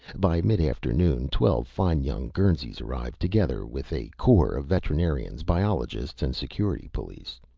by midafternoon twelve fine young guernseys arrived, together with a corps of veterinarians, biologists and security police.